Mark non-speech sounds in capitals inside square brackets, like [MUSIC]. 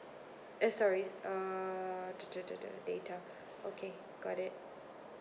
uh sorry uh [NOISE] data okay got it